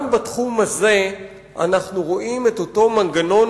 גם בתחום הזה אנחנו רואים את אותו מנגנון